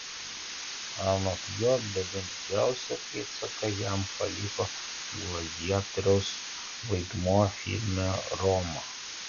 anot jo bene didžiausią pėdsaką jam paliko gladiatoriaus vaidmuo filme roma